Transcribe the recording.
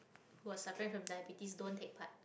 who are suffering from diabetes don't take part